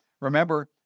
Remember